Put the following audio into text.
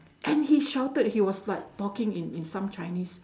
and he shouted he was like talking in in some chinese